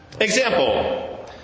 Example